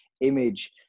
image